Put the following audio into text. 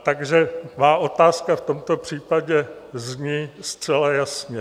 Takže má otázka v tomto případě zní zcela jasně.